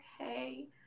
okay